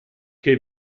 che